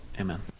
Amen